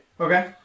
Okay